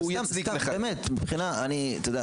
הוא יצדיק --- אתה יודע,